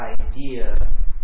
idea